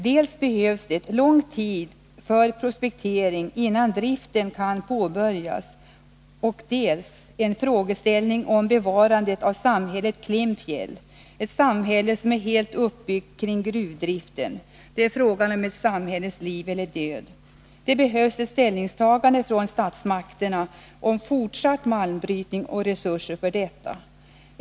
Dels behövs det lång tid för prospektering innan driften kan påbörjas, dels gäller det att bevara samhället Klimpfjäll, ett samhälle som är helt uppbyggt kring gruvdriften. Det är fråga om samhällets liv eller död. Det behövs ett ställningstagande från statsmakterna om fortsatt malmbrytning och resurser härför.